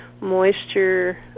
moisture